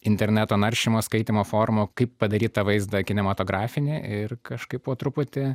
interneto naršymo skaitymo forumų kaip padaryt tą vaizdą kinematografinį ir kažkaip po truputį